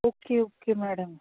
okay okay madam